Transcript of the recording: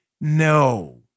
no